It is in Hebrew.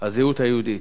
הזהות היהודית.